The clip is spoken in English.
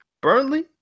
Burnley